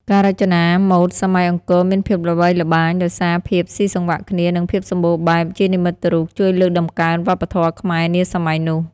ការរចនាម៉ូដសម័យអង្គរមានភាពល្បីល្បាញដោយសារភាពស៊ីសង្វាក់គ្នា និងភាពសម្បូរបែបជានិមិត្តរូបជួយលើកតម្កើងវប្បធម៌ខ្មែរនាសម័យនោះ។